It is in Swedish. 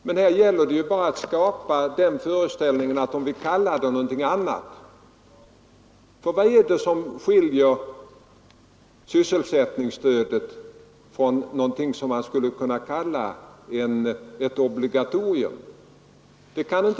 Men här gäller det tydligen bara att skapa föreställningen att reservanterna vill någonting annat. Vad är det som skiljer sysselsättningsstödet från någonting som man skulle kunna kalla ett obligatorium?